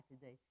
today